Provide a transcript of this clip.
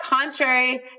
contrary